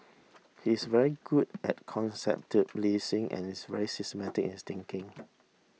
he's very good at conceptualising and is very systematic in his thinking